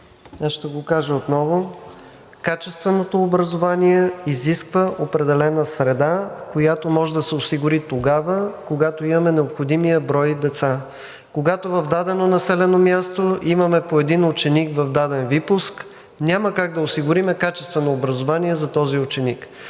Ще го кажа отново. Качественото образование изисква определена среда, която може да се осигури тогава, когато имаме необходимия брой деца. Когато в дадено населено място имаме по един ученик в даден випуск, няма как да осигурим качествено образование за този ученик.